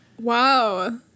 Wow